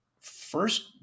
first